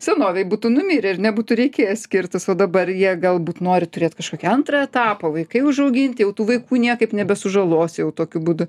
senovėj būtų numirę ir nebūtų reikėję skirtis o dabar jie galbūt nori turėt kažkokį antrą etapą vaikai užauginti o tų vaikų niekaip nebesižalos jau tokiu būdu